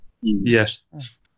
Yes